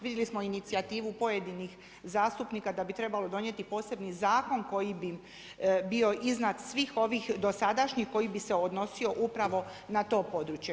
Vidjeli smo inicijativu pojedinih zastupnika da bi trebalo donijeti posebni zakon koji bi bio izvan svih ovih dosadašnjih koji bi se odnosio upravo na to područje.